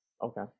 okay